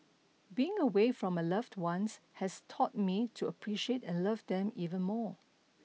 being away from my loved ones has taught me to appreciate and love them even more